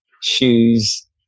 shoes